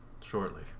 shortly